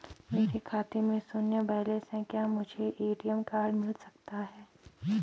मेरे खाते में शून्य बैलेंस है क्या मुझे ए.टी.एम कार्ड मिल सकता है?